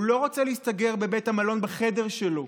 הוא לא רוצה להסתגר בבית המלון, בחדר שלו,